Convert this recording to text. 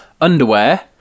underwear